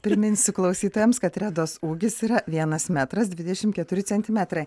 priminsiu klausytojams kad redos ūgis yra vienas metras dvidešimt keturi centimetrai